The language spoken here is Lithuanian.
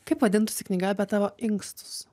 kaip vadintųsi knyga apie tavo inkstus